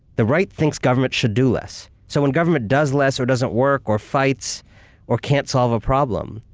the right thinks government should do less. so when government does less or doesn't work or fights or can't solve a problem,